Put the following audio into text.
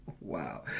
Wow